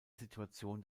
situation